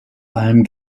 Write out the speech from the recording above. allem